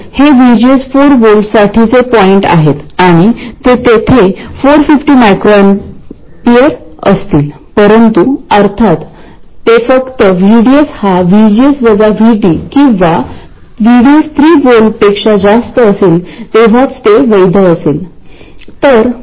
जर threshold voltage तुमच्या अपेक्षेपेक्षा मोठे असेल तर